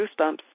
Goosebumps